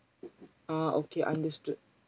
ah okay understood